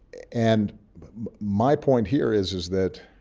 and but my point here is is that